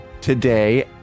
today